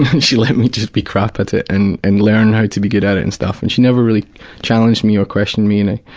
and she let me just be crap at it, and and learn how to be good at it and stuff. and she never really challenged me or questioned me,